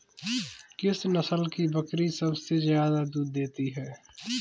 किस नस्ल की बकरी सबसे ज्यादा दूध देती है?